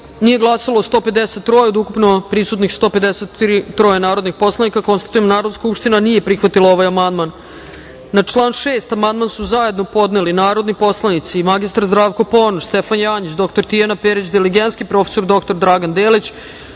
nije glasalo 153 od ukupno prisutna 153 narodna poslanika. Konstatujem da Narodna skupština nije prihvatila ovaj amandman. Na član 6. amandman su zajedno podneli narodni poslanici mr Zdravko Ponoš, Stefan Janjić, dr Tijana Perić Diligenski, prof. dr Dragan Delić,